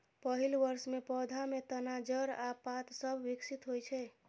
पहिल वर्ष मे पौधा मे तना, जड़ आ पात सभ विकसित होइ छै